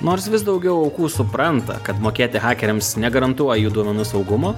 nors vis daugiau aukų supranta kad mokėti hakeriams negarantuoja jų duomenų saugumo